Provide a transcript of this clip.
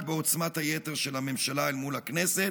בעוצמת היתר של הממשלה אל מול הכנסת,